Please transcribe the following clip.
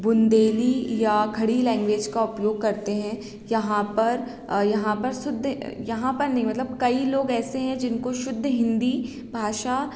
बुंदेली या खड़ी लैंग्वेज का उपयोग करते हैं यहाँ पर यहाँ पर शुद्ध यहाँ पर नहीं मतलब कई लोग ऐसे हैं जिनको शुद्ध हिंदी भाषा